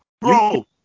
Bro